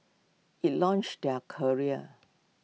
IT launched their careers